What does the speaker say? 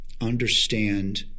understand